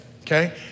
Okay